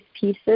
pieces